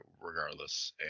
regardless